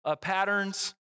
patterns